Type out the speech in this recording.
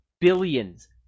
billions